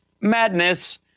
madness